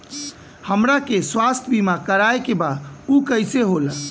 हमरा के स्वास्थ्य बीमा कराए के बा उ कईसे होला?